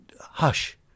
hush